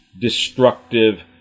destructive